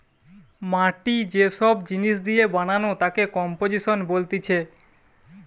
মাটি যে সব জিনিস দিয়ে বানানো তাকে কম্পোজিশন বলতিছে